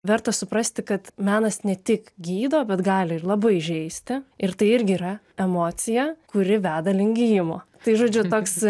verta suprasti kad menas ne tik gydo bet gali ir labai įžeisti ir tai irgi yra emocija kuri veda link gijimo tai žodžiu toks